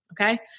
Okay